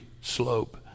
slope